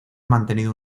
mantenido